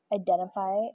identify